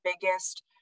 biggest